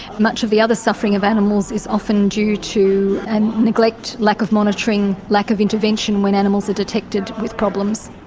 much of the other suffering of animals is often due to and neglect, lack of monitoring, lack of intervention when animals are detected with problems.